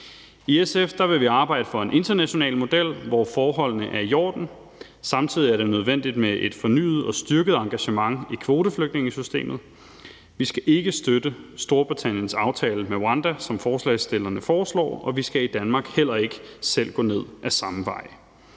I SF vil vi arbejde for en international model, hvor forholdene er i orden. Samtidig er det nødvendigt med et fornyet og styrket engagement i kvoteflygtningesystemet. Vi skal ikke støtte Storbritanniens aftale med Rwanda, som forslagsstillerne foreslår, og vi skal i Danmark heller ikke selv gå ned ad samme vej.